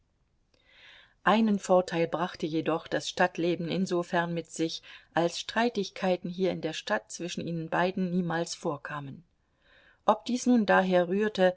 einen vorteil brachte jedoch das stadtleben insofern mit sich als streitigkeiten hier in der stadt zwischen ihnen beiden niemals vorkamen ob dies nun daher rührte